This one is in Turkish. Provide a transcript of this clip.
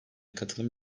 katılım